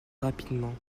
rapidement